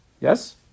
Yes